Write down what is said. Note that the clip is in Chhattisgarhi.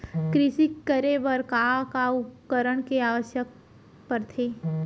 कृषि करे बर का का उपकरण के आवश्यकता परथे?